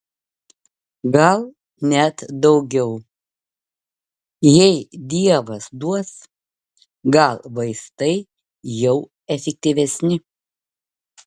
gal net daugiau jei dievas duos gal vaistai jau efektyvesni